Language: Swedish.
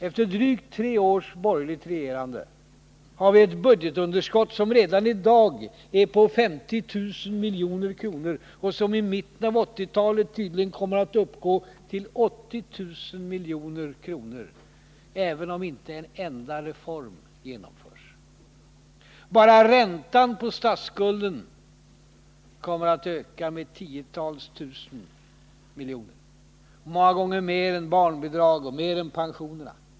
Efter drygt tre års borgerligt regerande har vi ett budgetunderskott som redan i dag är på 50 000 milj.kr. och som i mitten av 1980-talet tydligen kommer att uppgå till 80 000 milj.kr., även om inte en enda reform genomförs. Bara räntan på statsskulden kommer att öka med tiotusentals miljoner, många gånger mer än barnbidragen och mer än pensionerna.